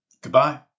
Goodbye